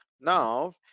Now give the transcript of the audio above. now